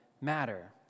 matter